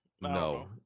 No